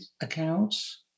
accounts